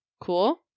Cool